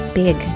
big